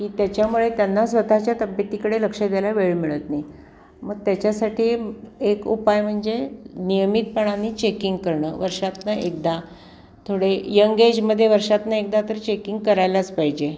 की त्याच्यामुळे त्यांना स्वतःच्या तब्येतीकडे लक्ष द्यायला वेळ मिळत नाही मग त्याच्यासाठी ए एक उपाय म्हणजे नियमितपणाने चेकिंग करणं वर्षातनं एकदा थोडे यंग एजमध्ये वर्षातनं एकदा तर चेकिंग करायलाच पाहिजे